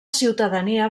ciutadania